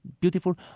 beautiful